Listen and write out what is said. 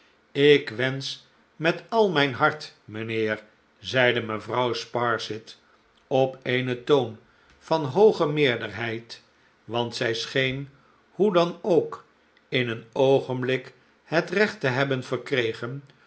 ik wensch met al mijn hart mijnheer zeide mevrouw sparsit op een toon van hooge meerderheid want zij scheen hoe dan ook in een oogenblik het recht te hebben verkregen